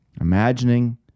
imagining